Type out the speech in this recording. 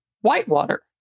whitewater